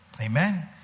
Amen